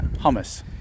Hummus